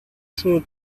sure